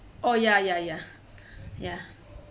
oh ya ya ya ya